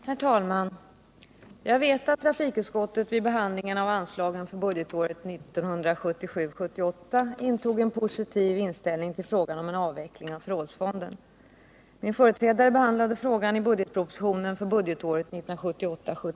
Herr talman! Jag vet att trafikutskottet vid behandlingen av anslagen för budgetåret 1977 79.